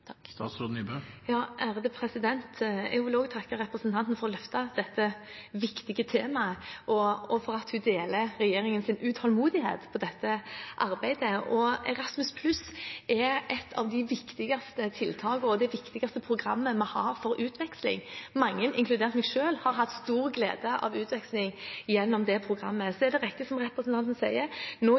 Jeg vil takke representanten Sandberg for å løfte dette viktige temaet og for at hun deler regjeringens utålmodighet i dette arbeidet. Erasmus+ er et av de viktigste tiltakene og det viktigste programmet vi har for utveksling. Mange, inkludert meg selv, har hatt stor glede av utveksling gjennom det programmet. Det er riktig som representanten Sandberg sier, at det nå